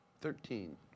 Thirteen